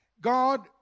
God